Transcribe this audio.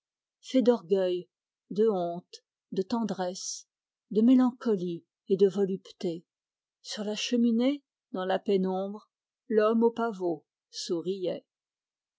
fait d'orgueil de honte de tendresse de mélancolie et de volupté sur la cheminée dans la pénombre l'homme aux pavots souriait